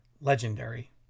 legendary